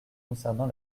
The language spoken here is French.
concernant